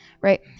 right